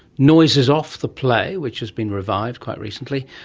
noises off, the play, which has been revived quite recently,